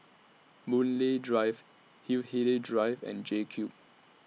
Boon Lay Drive Hindhede Drive and JCube